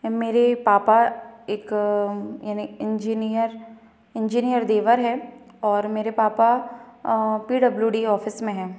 मेरे पापा एक यानि इंजीनियर इंजीनियर देवर है और मेरे पापा पी डब्लू डी ऑफिस में हैं